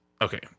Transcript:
Okay